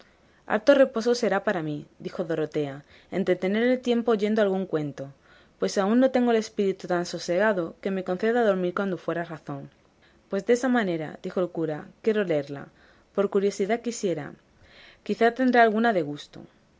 harto reposo será para mí dijo dorotea entretener el tiempo oyendo algún cuento pues aún no tengo el espíritu tan sosegado que me conceda dormir cuando fuera razón pues desa manera dijo el cura quiero leerla por curiosidad siquiera quizá tendrá alguna de gusto